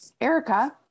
Erica